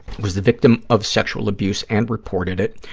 was the victim of sexual abuse and reported it.